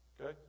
Okay